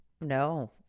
no